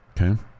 Okay